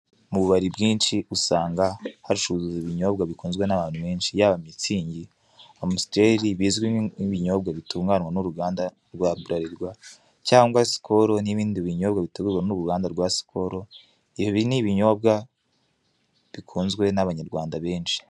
Mu bubari bwinshi usanga hacuruzwa ibinyobwa bikunzwe n'abantu benshi, yaba mitsingi, amusiteri bwizwi nk'ibinyobwa bitunganwa n'uruganda rwa Buralirwa cyangwa sikolo n'ibindi binyobwa bitegurwa n'uruganda rwa sikolo, ibi ni ibinyobwa bikunzwe n'abanyarwanda benshi.